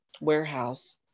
warehouse